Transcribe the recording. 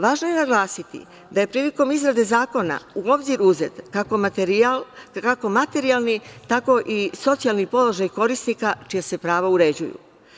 Važno je naglasiti da je prilikom izrade zakona u obzir uzet kako materijalni tako i socijalni položaj korisnika čija se prava uređuju.